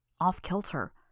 Off-kilter